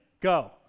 Go